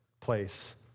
place